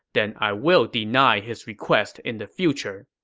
then i will deny his request in the future.